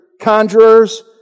Conjurers